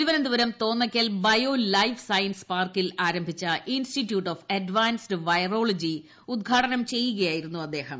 Thiruvananthapuram Thonnakkal bio life science പാർക്കിൽ ആരംഭിച്ച institute of advanced virology ഉദ്ഘാടനം ചെയ്യുകയായിരുന്നു അദ്ദേഹം